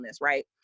right